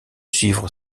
suivre